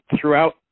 throughout